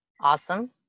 Awesome